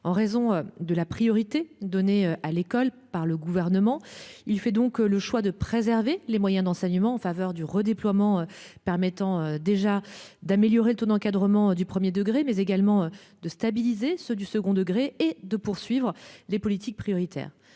en raison de la priorité donnée à l'école par le gouvernement. Il fait donc le choix de préserver les moyens d'enseignement en faveur du redéploiement permettant déjà d'améliorer le taux d'encadrement du 1er degré mais également de stabiliser ceux du second degré et de poursuivre les politiques prioritaires